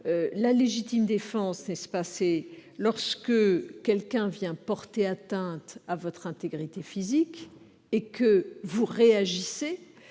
a légitime défense lorsque quelqu'un vient porter atteinte à votre intégrité physique et que vous réagissez